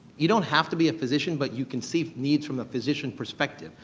you don't have to be a physician, but you can see needs from the physician perspective.